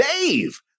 Dave